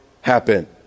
happen